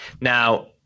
Now